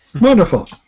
Wonderful